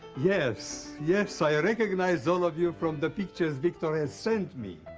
yes, yes. i ah recognize all of you from the pictures victor has sent me.